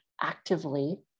actively